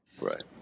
Right